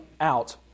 out